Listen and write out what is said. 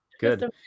good